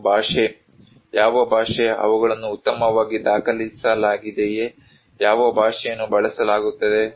ಮತ್ತು ಭಾಷೆ ಯಾವ ಭಾಷೆ ಅವುಗಳನ್ನು ಉತ್ತಮವಾಗಿ ದಾಖಲಿಸಲಾಗಿದೆಯೇ ಯಾವ ಭಾಷೆಯನ್ನು ಬಳಸಲಾಗುತ್ತದೆ